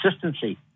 consistency